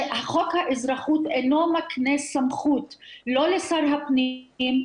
שחוק האזרחות אינו מקנה סמכות לא לשר הפנים,